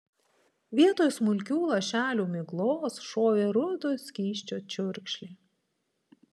vietoj smulkių lašelių miglos šovė rudo skysčio čiurkšlė